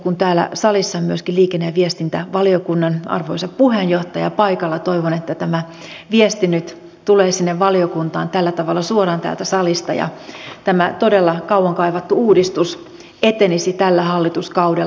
kun täällä salissa on myöskin liikenne ja viestintävaliokunnan arvoisa puheenjohtaja paikalla toivon että tämä viesti nyt tulee sinne valiokuntaan tällä tavalla suoraan täältä salista ja tämä todella kauan kaivattu uudistus etenisi tällä hallituskaudella